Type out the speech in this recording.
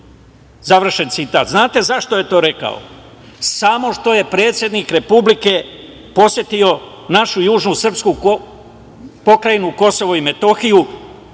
sram te bilo“. Znate zašto je to rekao? Samo što je predsednik Republike posetio našu južnu srpsku pokrajinu Kosovo i Metohiju